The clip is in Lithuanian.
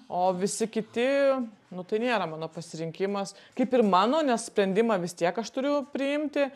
o visi kiti nu tai nėra mano pasirinkimas kaip ir mano nes sprendimą vis tiek aš turiu priimti